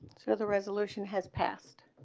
so the resolution has passed